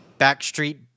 Backstreet